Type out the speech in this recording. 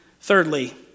Thirdly